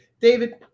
David